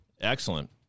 Excellent